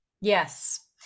Yes